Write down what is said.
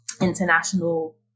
international